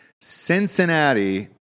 Cincinnati